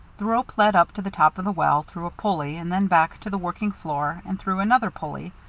the rope led up to the top of the well through a pulley and then back to the working floor and through another pulley,